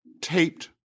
taped